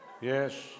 yes